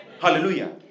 Hallelujah